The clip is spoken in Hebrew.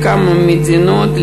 לכמה מדינות,